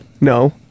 no